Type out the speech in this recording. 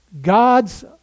God's